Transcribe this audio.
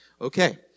Okay